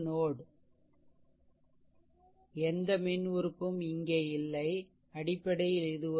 ஏனெனில் எந்த மின் உறுப்பும் இங்கே இல்லை அடிப்படையில் இது ஒரு